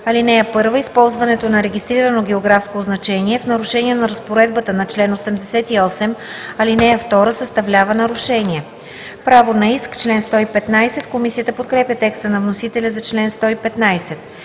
„(1) Използването на регистрирано географско означение в нарушение на разпоредбата на чл. 88, ал. 2 съставлява нарушение.“ „Право на иск – чл. 115“. Комисията подкрепя текста на вносителя за чл. 115.